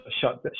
shut